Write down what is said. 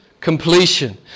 completion